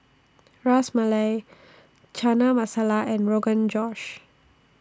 Ras Malai Chana Masala and Rogan Josh